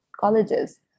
colleges